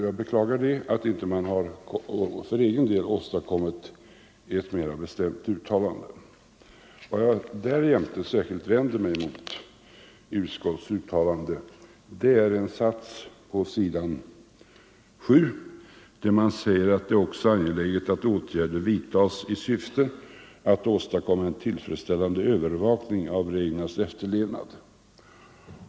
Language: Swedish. Jag beklagar att utskottet inte för egen del åstadkommit ett mera bestämt uttalande. Vad jag därjämte särskilt vänder mig mot i utskottets uttalande är en sats på s. 7, där man säger att det är angeläget att åtgärder vidtas i syfte att åstadkomma en tillfredsställande övervakning av reglernas efterlevnad.